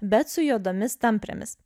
bet su juodomis tamprėmis